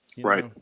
Right